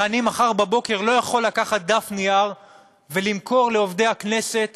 ואני מחר בבוקר לא יכול לקחת דף נייר ולמכור לעובדי הכנסת